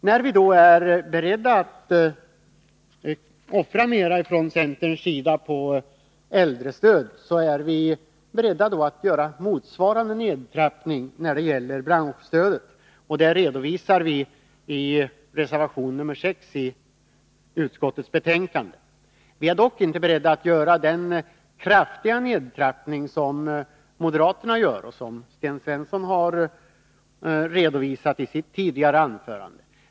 När vi från centerns sida är beredda att offra mera på äldrestödet är vi beredda att göra motsvarande nedtrappning av branschstödet. Det redovisar vi i reservation nr 6 i utskottets betänkande. Vi är dock inte beredda att göra en så kraftig nedtrappning som moderaterna föreslår och som Sten Svensson har redovisat i sitt tidigare anförande.